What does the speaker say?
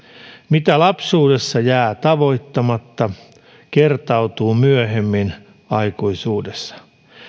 mitä lapsuudessa jää tavoittamatta kertautuu myöhemmin aikuisuudessa